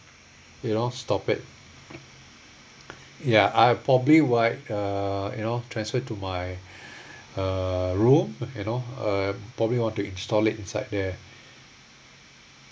you know stop it ya I probably why uh you know transfer to my uh room you know uh probably want to install it inside there